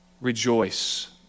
rejoice